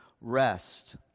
rest